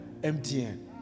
MTN